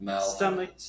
stomach